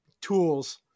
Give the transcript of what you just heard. tools